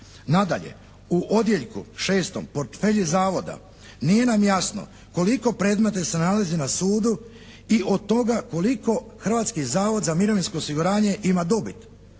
Nadalje u odjeljku 6. portfelji Zavoda nije nam jasno koliko predmeta se nalazi na sudu i od toga koliko Hrvatski zavod za mirovinsko osiguranje ima dobit?